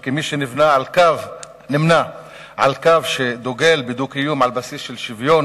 וכמי שנמנה עם קו שדוגל בדו-קיום על בסיס של שוויון